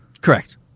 Correct